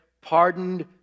pardoned